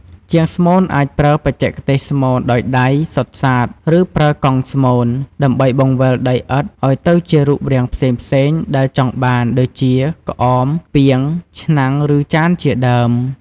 ជាងស្មូនអាចប្រើ បច្ចេកទេសស្មូនដោយដៃ សុទ្ធសាធ ឬប្រើ កង់ស្មូន ដើម្បីបង្វិលដីឥដ្ឋឲ្យទៅជារូបរាងផ្សេងៗដែលចង់បាន ដូចជា ក្អម ពាង ឆ្នាំង ឬចាន ជាដើម។